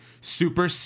super